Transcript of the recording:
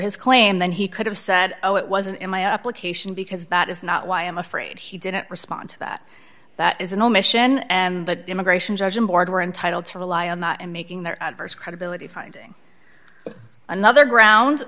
his claim then he could have said oh it wasn't in my application because that is not why i'm afraid he didn't respond to that that is an omission and the immigration judge and board were entitled to rely on that and making their credibility finding another ground